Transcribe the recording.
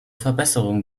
verbesserung